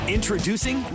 Introducing